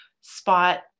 spot